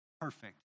perfect